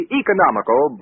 economical